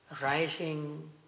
rising